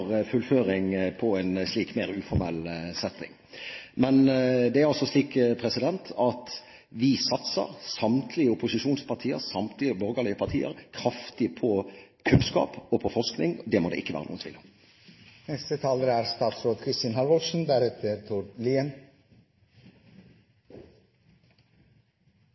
fullføring i en slik mer uformell setting. Det er altså slik at vi satser – samtlige opposisjonspartier, samtlige borgerlige partier – kraftig på kunnskap og forskning. Det må det ikke være noen tvil om.